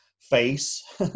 Face